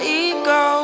ego